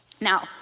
Now